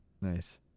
Nice